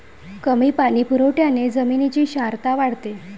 कमी पाणी पुरवठ्याने जमिनीची क्षारता वाढते